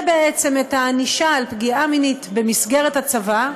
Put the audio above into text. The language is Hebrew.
את הענישה על פגיעה מינית במסגרת הצבא,